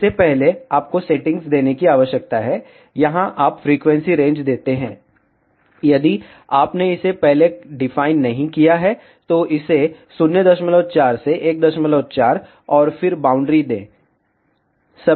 इससे पहले आपको सेटिंग्स देने की आवश्यकता है यहां आप फ्रीक्वेंसी रेंज देते हैं यदि आपने इसे पहले डिफाइन नहीं किया है तो इसे 04 से 14 और फिर बाउंड्री दें